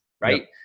right